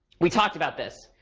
we talked about this.